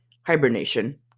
hibernation